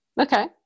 Okay